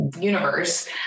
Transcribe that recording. universe